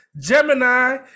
gemini